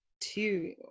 two